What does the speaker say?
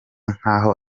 nkaho